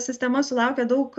sistema sulaukia daug